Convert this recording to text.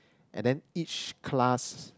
and then each class